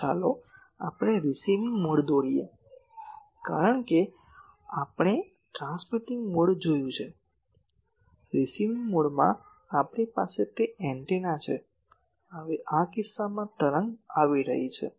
તો ચાલો આપણે રીસીવિંગ મોડ દોરીએ કારણ કે તે આપણે ટ્રાન્સમિટિંગ મોડમાં જોયું છે રીસીવિંગ મોડમાં આપણી પાસે તે એન્ટેના છે હવે આ કિસ્સામાં તરંગ આવી રહી છે